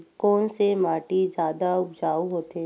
कोन से माटी जादा उपजाऊ होथे?